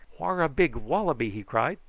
whar a big wallaby? he cried.